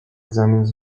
examines